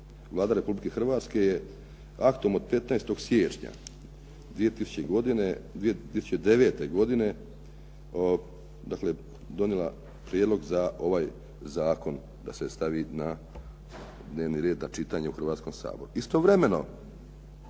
Vlada Republike Hrvatske je aktom od 15. siječnja 2009. godine donijela prijedlog da se ovaj zakon stavi na dnevni red na čitanje u Hrvatskom saboru.